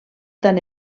tant